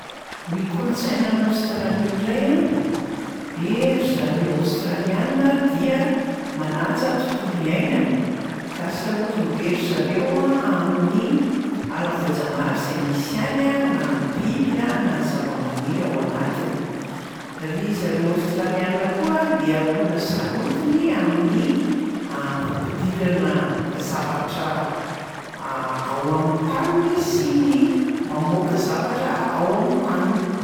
Ny kolontsaina any Aostralia ndray a de ry zareo aostraliana dia manaja tontolo iainana ka sarotiny be ry zareo a amin'ny ala voajanahary zay misy any a na biby a na zava-maniry ao anatiny. Ry zareo aostraliana koa dia olona sarotiny amin'ny fampidirana zavatra ao am'taniny sy ny mamoaka zavatra ao am'taniny.